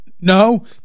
No